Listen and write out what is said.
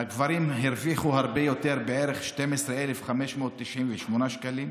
והגברים הרוויחו הרבה יותר, בערך 12,598 שקלים.